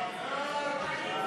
סעיף 4